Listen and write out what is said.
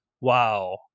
wow